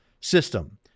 system